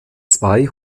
zwei